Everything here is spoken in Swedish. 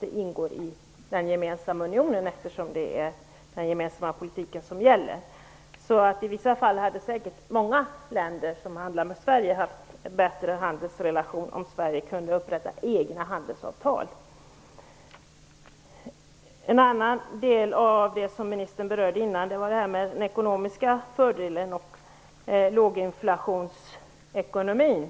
Numera träffas sådana avtal med den europeiska unionen, eftersom det är den gemensamma politiken som gäller. I vissa fall skulle säkerligen många länder som handlar med Sverige ha haft en bättre handelsrelation med oss, om Sverige kunde upprätta egna handelsavtal. En annan sak som statsrådet berörde tidigare var de ekonomiska fördelarna av låginflationsekonomin.